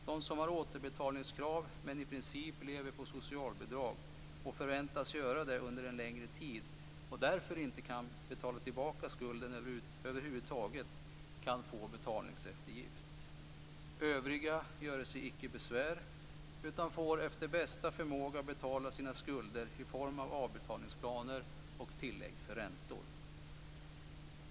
De som har återbetalningskrav men i princip lever på socialbidrag och förväntas göra det under en längre tid, och därför inte kan betala tillbaka skulden över huvud taget, kan få betalningseftergift. Övriga göre sig icke besvär, utan får efter bästa förmåga betala sina skulder i form av avbetalningsplaner och tillägg för räntor.